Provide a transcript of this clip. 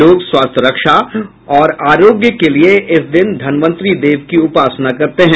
लोग स्वास्थ्य रक्षा और आरोग्य के लिए इस दिन धन्वन्तरि देव की उपासना करते हैं